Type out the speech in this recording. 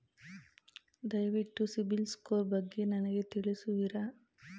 ದಯವಿಟ್ಟು ಸಿಬಿಲ್ ಸ್ಕೋರ್ ಬಗ್ಗೆ ನನಗೆ ತಿಳಿಸುವಿರಾ?